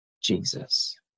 Jesus